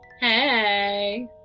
Hey